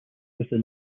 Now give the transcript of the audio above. within